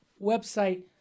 website